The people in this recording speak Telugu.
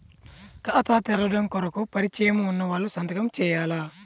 ఖాతా తెరవడం కొరకు పరిచయము వున్నవాళ్లు సంతకము చేయాలా?